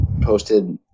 posted